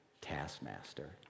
taskmaster